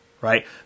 right